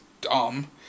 dumb